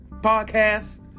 podcast